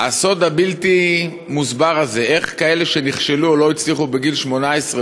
הסוד הבלתי-מוסבר הזה: איך כאלה שנכשלו או לא הצליחו בגיל 18,